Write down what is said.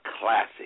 classic